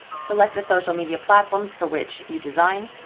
select the social media platforms for which you design.